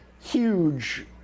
Huge